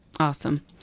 Awesome